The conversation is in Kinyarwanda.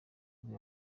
nibwo